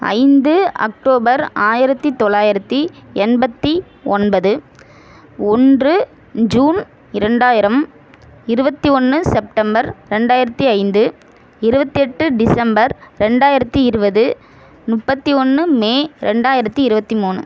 ஐந்து அக்டோபர் ஆயிரத்தி தொள்ளாயிரத்தி எண்பத்தி ஒன்பது ஒன்று ஜூன் இரண்டாயிரம் இருபத்தி ஒன்று செப்டம்பர் ரெண்டாயிரத்தி ஐந்து இருபத்தெட்டு டிசம்பர் ரெண்டாயிரத்தி இருபது முப்பத்தி ஒன்று மே ரெண்டாயிரத்தி இருபத்தி மூணு